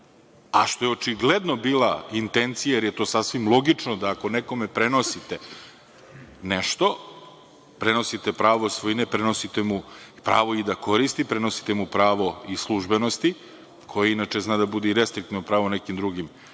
a što je očigledno bila intencija jer je to sasvim logično da ako nekome prenosite nešto, prenosite pravo svojine, prenosite mu pravo i da koristi, prenosite mu pravo i službenosti, koje inače zna da bude i restriktivno pravo u nekim drugim